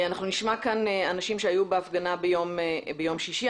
אנחנו נשמע כאן אנשים שהיו בהפגנה ביום ששי.